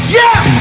yes